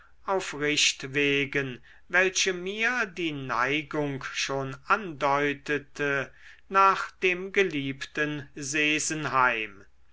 auf richtwegen welche mir die neigung schon andeutete nach dem geliebten sesenheim